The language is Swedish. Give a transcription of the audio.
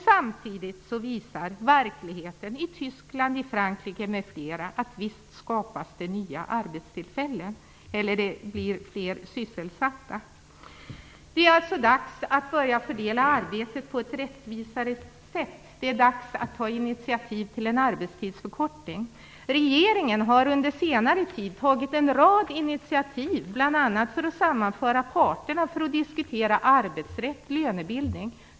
Samtidigt visar dock verkligheten i Tyskland, Frankrike och andra länder att det visst blir fler sysselsatta. Det är alltså dags att börja fördela arbetet på ett rättvisare sätt. Det är dags att ta initiativ till en arbetstidsförkortning. Under senare tid har regeringen tagit en rad initiativ, bl.a. för att sammanföra parterna för att diskutera arbetsrätten och lönebildningen.